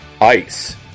Ice